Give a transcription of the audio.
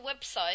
website